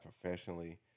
professionally